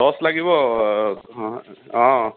torch লাগিব অঁ